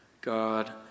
God